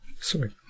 Sorry